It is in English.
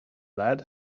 lead